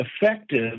effective